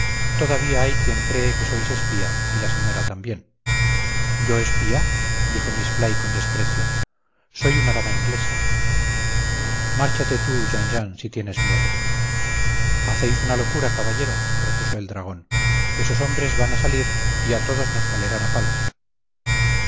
todavía hay quien cree que sois espía y la señora también yo espía dijo miss fly con desprecio soy una dama inglesa márchate tú jean jean si tienes miedo hacéis una locura caballero repuso el dragón esos hombres van a salir y a todos nos molerán a palos